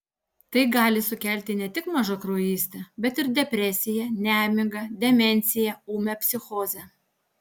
tai gali sukelti ne tik mažakraujystę bet ir depresiją nemigą demenciją ūmią psichozę